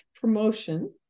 promotion